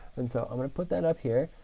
and so i'm going to put that up here.